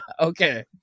Okay